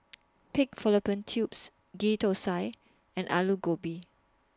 Pig Fallopian Tubes Ghee Thosai and Aloo Gobi